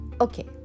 okay